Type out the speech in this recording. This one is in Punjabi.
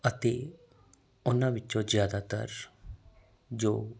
ਅਤੇ ਉਹਨਾਂ ਵਿੱਚੋਂ ਜਿਆਦਾਤਰ ਜੋ